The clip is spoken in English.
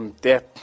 death